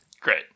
Great